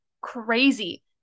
crazy